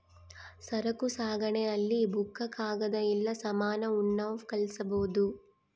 ಸರಕು ಸಾಗಣೆ ಅಲ್ಲಿ ಬುಕ್ಕ ಕಾಗದ ಇಲ್ಲ ಸಾಮಾನ ಉಣ್ಣವ್ ಕಳ್ಸ್ಬೊದು